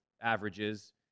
averages